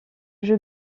jeu